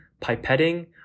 pipetting